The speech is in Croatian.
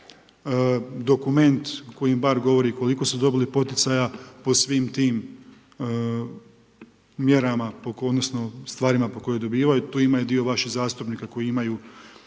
dokument koji im bar govori koliko su dobili poticaja po svim tim mjerama odnosno stvarima po kojoj dobivaju. Tu ima dio vaših zastupnika koji imaju